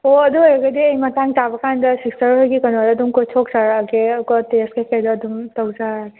ꯑꯣ ꯑꯗꯨ ꯑꯣꯏꯔꯒꯗꯤ ꯑꯩ ꯃꯇꯥꯡ ꯆꯥꯕ ꯀꯥꯟꯗ ꯁꯤꯁꯇꯔ ꯍꯣꯏꯒꯤ ꯀꯩꯅꯣꯗ ꯑꯗꯨꯝ ꯀꯣꯏꯊꯣꯛꯆꯔꯛꯂꯒꯦ ꯑꯗꯨꯒ ꯇꯦꯁ ꯀꯩꯀꯩꯗꯨ ꯑꯗꯨꯝ ꯇꯧꯖꯔꯒꯦ